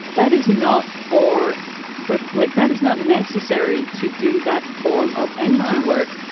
that is not for for like that is not necessary to do that form of energy work.